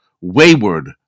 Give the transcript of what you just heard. wayward